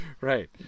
Right